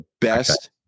best